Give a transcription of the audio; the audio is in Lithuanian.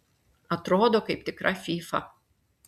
atrodo kaip tikra fyfa